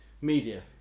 media